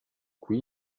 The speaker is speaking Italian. qui